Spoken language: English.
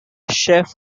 chefs